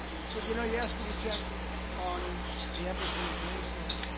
he said, you know, you asked me to check on the embassy in jerusalem.